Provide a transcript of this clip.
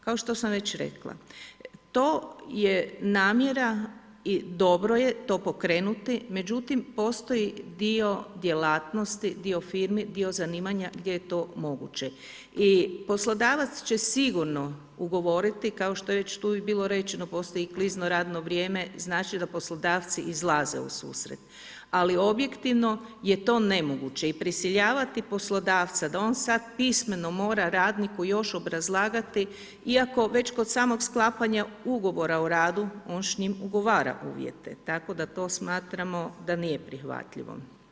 Kao što sam već rekla, to je namjera i dobro je to pokrenuti, međutim postoji dio djelatnosti, dio firmi, dio zanimanja gdje je to moguće i poslodavaca će sigurno ugovoriti, kao što je već tu i bilo rečeno, postoji klizno radno vrijeme, znači da poslodavci izlaze u susret, ali objektivno je to nemoguće i prisiljavati poslodavca da on sad pismeno mora radniku još obrazlagati, iako već kod samog sklapanja ugovora o radu on s njim ugovora uvjete, tako da to smatramo da nije prihvatljivo.